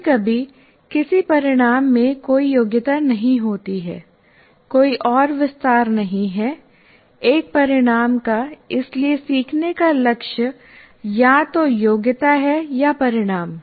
कभी कभी किसी परिणाम में कोई योग्यता नहीं होती है कोई और विस्तार नहीं है एक परिणाम का इसलिए सीखने का लक्ष्य या तो योग्यता है या परिणाम